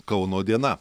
kauno diena